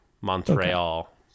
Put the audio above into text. Montreal